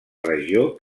regió